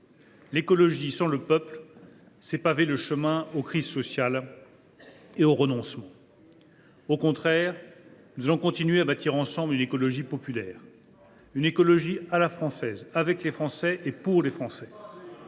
écologie sans le peuple, c’est paver la voie aux crises sociales et aux renoncements. À l’inverse, nous continuerons de bâtir ensemble une écologie populaire, une écologie à la française, avec les Français et pour les Français.